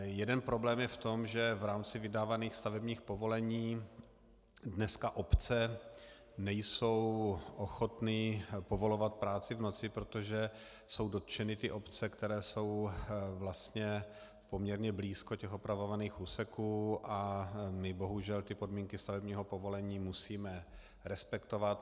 Jeden problém je v tom, že v rámci vydávaných stavebních povolení dneska obce nejsou ochotny povolovat práci v noci, protože jsou dotčeny obce, které jsou vlastně poměrně blízko těch opravovaných úseků, a my bohužel podmínky stavebního povolení musíme respektovat.